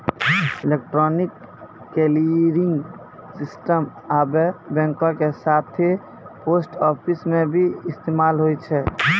electronic clearing system आबे बैंको के साथे पोस्ट आफिसो मे भी इस्तेमाल होय छै